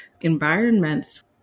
environments